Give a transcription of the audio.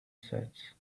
sets